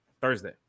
Thursday